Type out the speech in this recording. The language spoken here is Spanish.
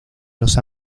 los